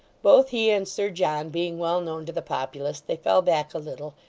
both he and sir john being well known to the populace, they fell back a little,